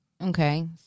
Okay